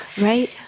right